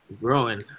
growing